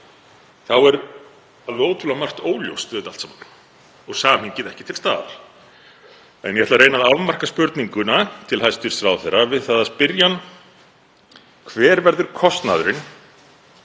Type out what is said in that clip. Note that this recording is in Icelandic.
er alveg ótrúlega margt óljóst við þetta allt saman og samhengið ekki til staðar. Ég ætla að reyna að afmarka spurninguna til hæstv. ráðherra og spyrja hann: Hver verður kostnaðurinn